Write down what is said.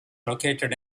located